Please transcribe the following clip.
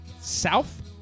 South